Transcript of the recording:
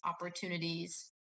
opportunities